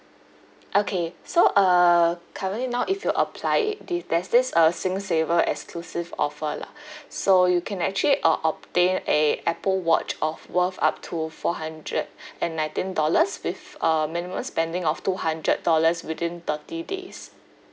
okay so uh currently now if you apply it the there's this uh singsaver exclusive offer lah so you can actually uh obtain a apple watch of worth up to four hundred and nineteen dollars with a minimum spending of two hundred dollars within thirty days